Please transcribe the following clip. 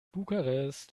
bukarest